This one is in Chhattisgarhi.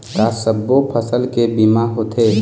का सब्बो फसल के बीमा होथे?